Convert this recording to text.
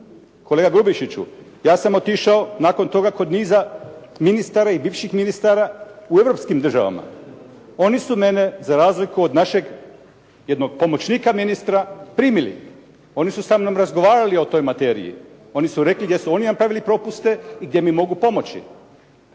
Kolega Grubišiću, ja sam otišao nakon toga kod niza ministara i bivših ministara u europskim državama. Oni su mene za razliku od našeg jednog pomoćnika ministra primili. Oni su sa mnom razgovarali o toj materiji. Oni su rekli gdje su oni napravili propuste i gdje mi mogu pomoći.